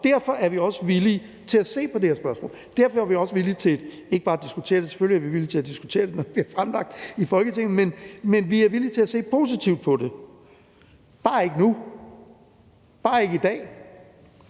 derfor er vi også villige til at se på det her spørgsmål. Og derfor er vi også villige til ikke bare at diskutere det – for selvfølgelig er vi villige til at diskutere det, når det er fremlagt i Folketinget – men vi er villige til at se positivt på det; det er vi bare ikke nu, bare ikke i dag.